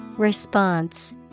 Response